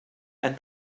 and